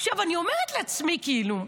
עכשיו אני אומרת לעצמי כאילו,